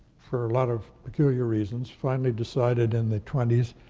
for a lot of peculiar reasons, finally decided in the twenty s,